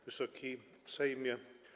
Wysoki Sejmie!